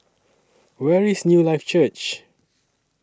Where IS Newlife Church